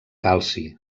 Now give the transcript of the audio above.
calci